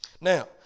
Now